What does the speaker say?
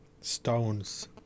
stones